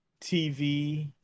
TV